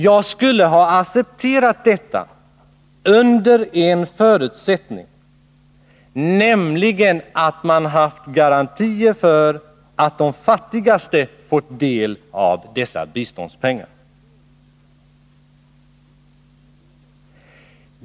Jag skulle ha accepterat detta under en förutsättning, nämligen att man haft garantier för att de fattigaste fått del av dessa biståndspengar.